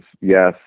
Yes